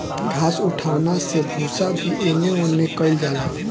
घास उठौना से भूसा भी एने ओने कइल जाला